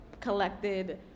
collected